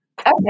Okay